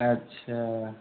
अच्छा